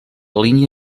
línia